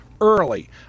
early